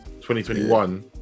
2021